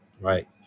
Right